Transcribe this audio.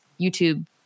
YouTube